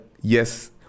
Yes